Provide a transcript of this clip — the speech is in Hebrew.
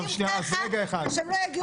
אם ככה, שהם לא יגיעו לידיים הלא נכונות.